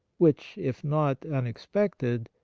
which, if not unexpected,